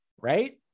right